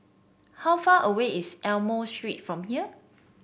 how far away is Almond Street from here